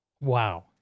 Wow